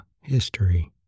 History